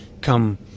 Come